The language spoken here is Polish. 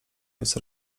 jest